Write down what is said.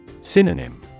Synonym